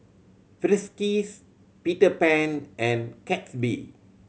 Friskies Peter Pan and Gatsby